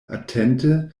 atente